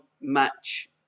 match